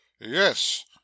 Yes